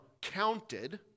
counted